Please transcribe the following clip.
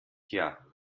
tja